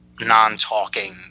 non-talking